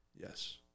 Yes